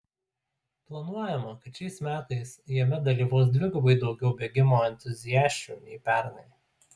planuojama kad šiais metais jame dalyvaus dvigubai daugiau bėgimo entuziasčių nei pernai